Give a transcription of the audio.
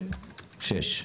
הצבעה לא אושרה.